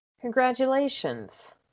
Congratulations